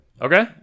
Okay